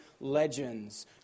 legends